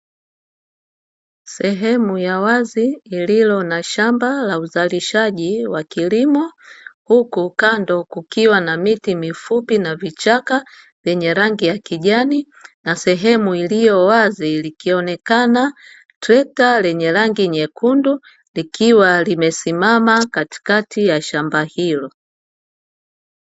Sehemu ya wazi ililo na shamba la uzalishaji wa kilimo, huku kando kukiwa na miti mifupi na vichaka venye rangi ya kijani na sehemu iliyo wazi, likionekana trekta la rangi nyekundu likiwa limesimama katikati ya shamba hilo.